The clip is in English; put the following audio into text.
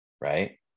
right